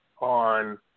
on